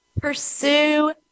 pursue